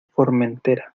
formentera